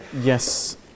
yes